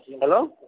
hello